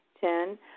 Ten